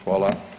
Hvala.